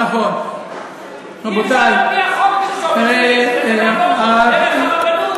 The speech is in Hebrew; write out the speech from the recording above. אי-אפשר על-פי החוק, דרך הרבנות.